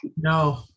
No